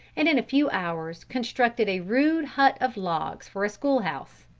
and in a few hours constructed a rude hut of logs for a school-house.